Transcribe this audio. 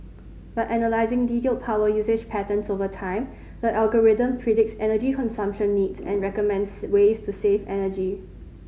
by analysing detailed power usage patterns over time the algorithm predicts energy consumption needs and recommends ways to save energy